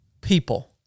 people